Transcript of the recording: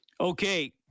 okay